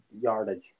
yardage